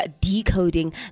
Decoding